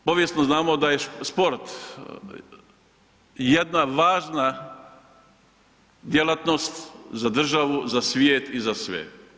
Povijesno znamo da je sport jedna važna djelatnost za državu, za svijet i za sve.